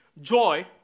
Joy